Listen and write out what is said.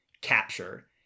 capture